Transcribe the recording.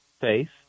faith